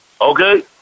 Okay